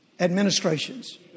administrations